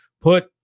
put